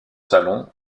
salons